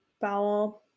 bowel